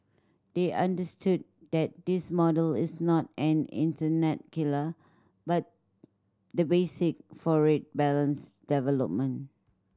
they understood that this model is not an internet killer but the basic for a balanced development